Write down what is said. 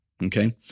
Okay